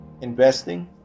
Investing